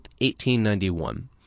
1891